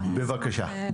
כן, בבקשה.